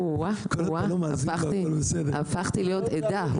או-אה, הפכתי להיות עדה.